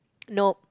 no